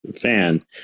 fan